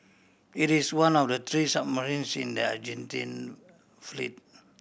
it is one of the three submarine in the Argentine fleet